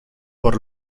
por